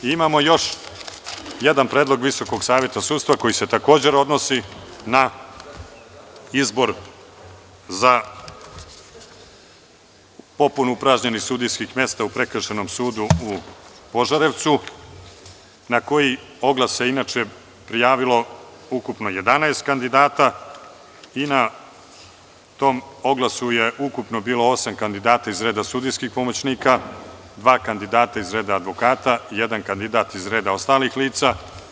Imamo još jedan predlog VSS koji se takođe odnosi na izbor za popunu upražnjenih sudijskih mesta u Prekršajnom sudu u Požarevcu, na koji oglas se inače prijavilo ukupno 11 kandidata i na tom oglasu je ukupno je bilo osam kandidata iz reda sudijskih pomoćnika, dva kandidata iz red advokata i jedan kandidat iz reda ostalih lica.